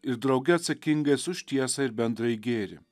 ir drauge atsakingais už tiesą ir bendrąjį gėrį